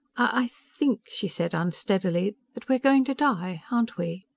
i. think, she said unsteadily, that we're going to die. aren't we?